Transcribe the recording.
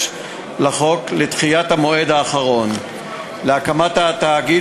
לחוק לדחיית המועד האחרון להקמת תאגיד,